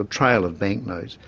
a trail of banknotes.